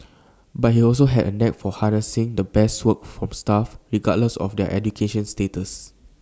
but he also had A knack for harnessing the best work from staff regardless of their education status